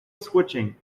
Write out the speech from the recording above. switching